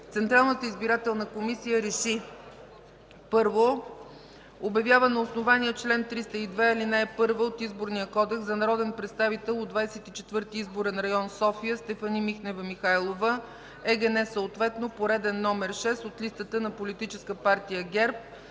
Централната избирателна комисия реши: 1. Обявява на основание чл. 302, ал. 1 от Изборния кодекс за народен представител от 24. изборен район – София, Стефани Михнева Михайлова, ЕГН съответно, пореден № 6 от листата на Политическа партия ГЕРБ